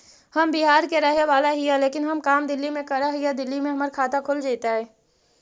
हम बिहार के रहेवाला हिय लेकिन हम काम दिल्ली में कर हिय, दिल्ली में हमर खाता खुल जैतै?